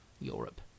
europe